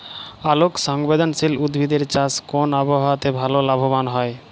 আলোক সংবেদশীল উদ্ভিদ এর চাষ কোন আবহাওয়াতে ভাল লাভবান হয়?